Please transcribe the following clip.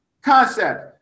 concept